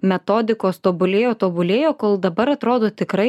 metodikos tobulėjo tobulėjo kol dabar atrodo tikrai